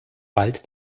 bald